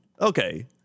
Okay